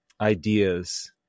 ideas